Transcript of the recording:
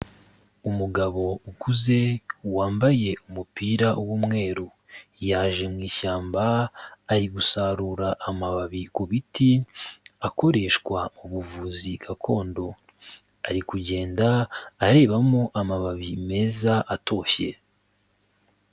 Umugabo ukuze wambaye umupira w'umweru, yaje mu ishyamba, ari gusarura amababi ku biti akoreshwa mu buvuzi gakondo, ari kugenda arebamo amababi meza atoshye.